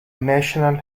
national